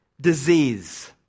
disease